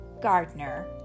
Gardner